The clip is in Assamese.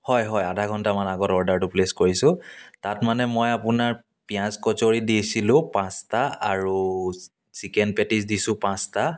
হয় হয় আধা ঘণ্টামান আগত অৰ্ডাৰটো প্লেচ কৰিছোঁ তাত মানে মই আপোনাৰ পিঁয়াজ কচুৰি দিছিলোঁ পাঁচটা আৰু চিকেন পেটিছ দিছোঁ পাঁচটা